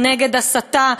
על נגד הסתה?